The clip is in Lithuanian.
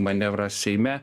manevrą seime